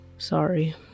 Sorry